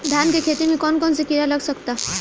धान के खेती में कौन कौन से किड़ा लग सकता?